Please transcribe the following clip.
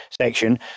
section